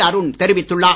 அருண் தெரிவித்துள்ளார்